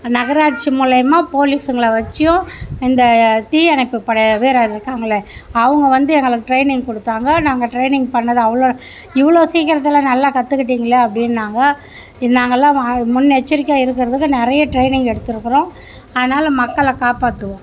நகராட்சி மூலியமாக போலீஸுங்களை வச்சுயும் இந்த தீயணைப்பு படை வீரர் இருக்கிறாங்கள்ல அவங்க வந்து எங்களுக்கு டிரைனிங் கொடுத்தாங்க நாங்கள் டிரைனிங் பண்ணதை அவ்வளோ இவ்வளோ சீக்கிரத்தில் நல்லா கற்றுக்கிட்டிங்களே அப்படின்னாங்க நாங்கெல்லாம் முன்னெச்சரிக்கையாக இருக்கிறதுக்கு நிறைய டிரைனிங் எடுத்துயிருக்குறோம் அதனால மக்கள காப்பாற்றுவோம்